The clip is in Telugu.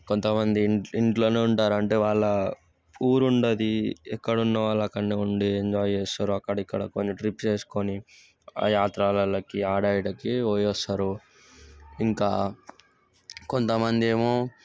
కొంతమంది ఇంట్లోనే ఉంటారు అంటే వాళ్ళ ఊరు ఉంటుంది ఎక్కడ ఉన్నవాళ్ళు అక్కడనే ఉండి ఎంజాయ్ చేస్తారు అక్కడిక్కడ కొన్ని ట్రిప్స్ వేసుకొని ఆ యాత్రలకి ఆడ ఈడకి పోయి వస్తారు ఇంకా కొంతమంది ఏమో